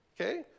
Okay